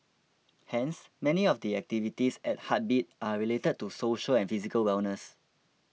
hence many of the activities at Heartbeat are related to social and physical wellness